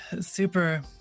super